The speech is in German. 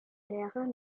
lehre